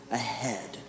ahead